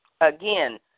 Again